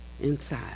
inside